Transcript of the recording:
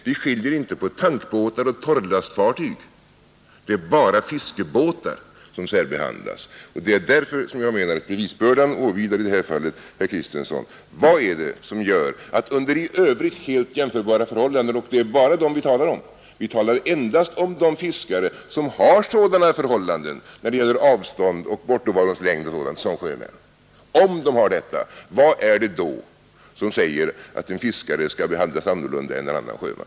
Vi skiljer inte på tankbåtar och torrlastfartyg i det här avseendet; det är bara fiskebåtar som särbehandlas. Det är därför som jag menar att bevisbördan i det här fallet åvilar herr Kristenson. Vad är det som gör att under i övrigt helt jämförbara förhållanden — och det är bara dem vi talar om; vi talar endast om de fiskare som har sådana förhållanden när det gäller avstånd och bortovarons längd som sjömän — en fiskare skall behandlas annorlunda än en annan sjöman?